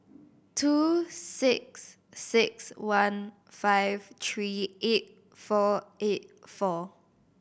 two six six one five three eight four eight four